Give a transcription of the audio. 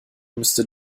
müsste